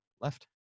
left